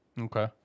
Okay